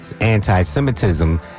anti-Semitism